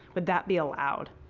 would that be allowed?